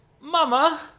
Mama